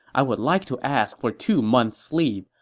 i would like to ask for two month's leave.